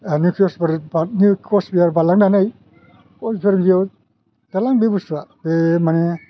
कचबिहार बे निउ कचबिहार बारलांनानै कचबिहार बे बुस्थुआ बे मानि